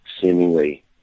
seemingly